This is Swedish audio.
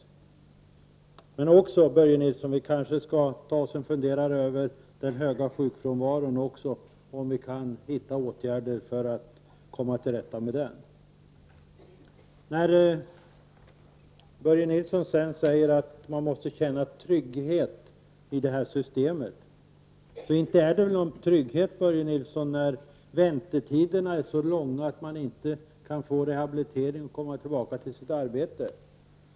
Men vi kanske också, Börje Nilsson, bör ta oss en funderare över den höga sjukfrånvaron och se om vi kan hitta någon åtgärd för att komma till rätta med den. Börje Nilsson säger att man måste känna trygghet i detta system. Men inte är det väl någon trygghet när väntetiderna är så långa att man inte kan få rehabilitering och komma tillbaka till sitt arbete?